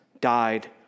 died